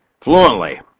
fluently